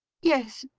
yes.